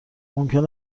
ممکن